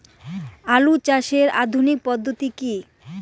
আলু চাষের আধুনিক পদ্ধতি কি?